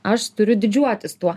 aš turiu didžiuotis tuo